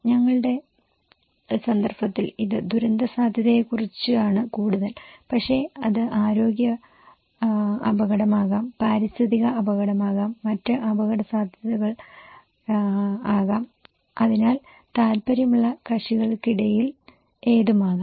ഞങ്ങളുടെ സന്ദർഭത്തിൽ ഇത് ദുരന്തസാധ്യതയെക്കുറിച്ചാണ് കൂടുതൽ പക്ഷേ അത് ആരോഗ്യ അപകടമാകാം പാരിസ്ഥിതിക അപകടമാകാം മറ്റ് അപകടസാധ്യതകൾ ആകാം അതിനാൽ താൽപ്പര്യമുള്ള കക്ഷികൾക്കിടയിൽ ഏതുമാകാം